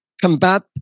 combat